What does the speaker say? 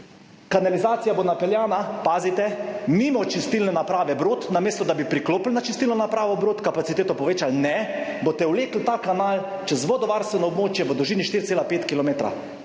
kanalizacija bo napeljana, pazite, mimo čistilne naprave Brod, namesto, da bi priklopili na čistilno napravo Brod, kapaciteto povečali. Ne, boste vlekli ta kanal čez vodovarstveno območje v dolžini 4,5